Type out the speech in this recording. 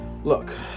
Look